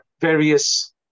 various